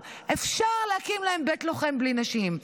אפשר, אפשר להקים להם בית לוחם בלי נשים.